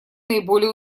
наиболее